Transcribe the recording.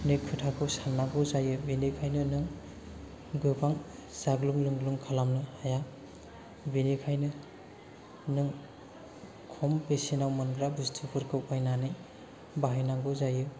अनेख खोथाखौ साननांगौ जायो बेनिखायनो नों गोबां जाग्लुं लोंग्लुं खालामनो हाया बेनिखायनो नों खम बेसेनाव मोनग्रा बुस्थुफोरखौ बायनानै बाहायनांगौ जायो